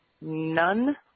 none